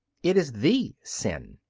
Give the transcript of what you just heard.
it is the sin.